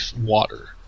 water